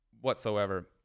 whatsoever